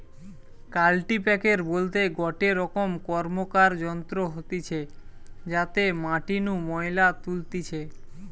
কাল্টিপ্যাকের বলতে গটে রকম র্কমকার যন্ত্র হতিছে যাতে মাটি নু ময়লা তুলতিছে